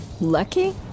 Lucky